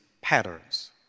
patterns